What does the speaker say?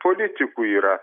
politikų yra